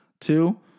Two